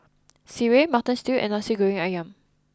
Sireh Mutton Stew And Nasi Goreng Ayam